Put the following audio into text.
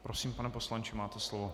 Prosím, pane poslanče, máte slovo.